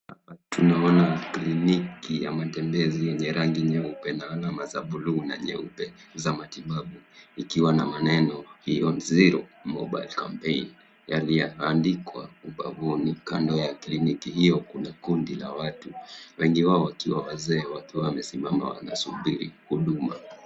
Tunaona klini ya matembezi yenye rangi nyeupe na alama za buluu na jeupe za matibabu ikiwa na maneno Beyond Zero Mobile Campaign yaliyoandikwa. Kwa ubavu wa mkanda wa kliniki hio kuna kundi la watu wengi wao wakiwa wazee wakiwa wamesimama wanasubiri huduma.